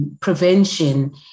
prevention